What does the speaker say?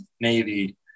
Navy